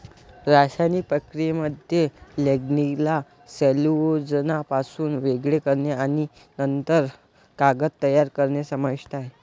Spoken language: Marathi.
रासायनिक प्रक्रियेमध्ये लिग्निनला सेल्युलोजपासून वेगळे करणे आणि नंतर कागद तयार करणे समाविष्ट आहे